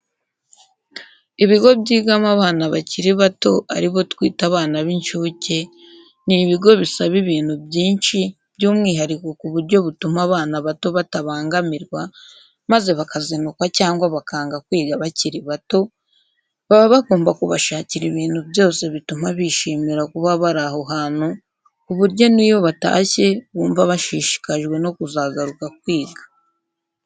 Ibigo byigamo abana bakiri bato ari bo twita abana b'inshuke, ni ibigo bisaba ibintu byinshi by'umwihariko ku buryo butuma abana bato batabangamirwa maze bakazinukwa cyangwa bakanga kwiga bakiri bato, baba bagomba kubashakira ibintu byose bituma bishimira kuba bari aho hantu ku buryo n'iyo batashye bumva bashishikajwe no kuzagaruka kwiga.